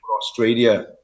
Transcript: Australia